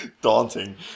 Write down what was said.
daunting